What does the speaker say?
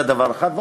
זה דבר אחד.